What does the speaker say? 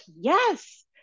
yes